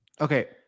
Okay